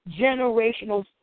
generational